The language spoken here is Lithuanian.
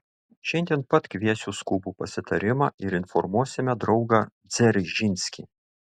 šiandien pat kviesiu skubų pasitarimą ir informuosime draugą dzeržinskį